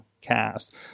cast